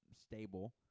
stable